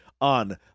on